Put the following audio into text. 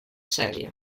serie